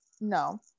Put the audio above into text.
no